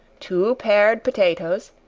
two pared potatoes,